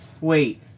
Wait